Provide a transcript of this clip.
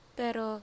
pero